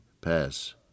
pass